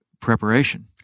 Preparation